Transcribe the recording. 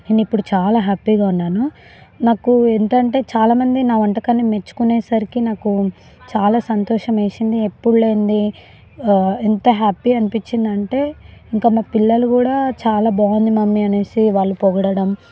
నేను ఇప్పుడు చాలా హ్యాపీగా ఉన్నాను నాకు ఎంత అంటే చాలా మంది నా వంటకాన్ని మెచ్చుకొనేసరికి నాకు చాలా సంతోషం వేసింది ఎప్పుడు లేనిది ఇంత హ్యాపీ అనిపించిందంటే ఇంకా మా పిల్లలు కూడా చాలా బాగుంది మమ్మీ అనేసి వాళ్ళ పొగడటం